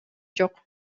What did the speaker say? жок